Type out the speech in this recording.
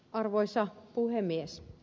arvoisa puhemies